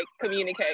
communicate